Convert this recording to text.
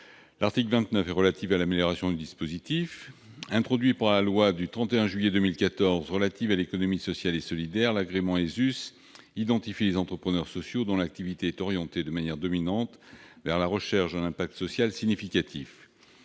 L'article 29 a pour objet l'amélioration du dispositif. Introduit par la loi du 31 juillet 2014 relative à l'économie sociale et solidaire, l'agrément ESUS identifie les entrepreneurs sociaux dont l'activité est orientée de manière dominante vers la recherche d'un impact social significatif.